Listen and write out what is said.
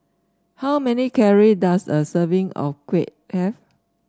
how many calories does a serving of kuih have